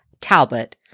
Talbot